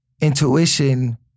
Intuition